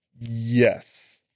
Yes